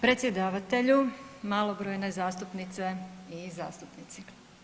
Predsjedavatelju, malobrojne zastupnice i zastupnici.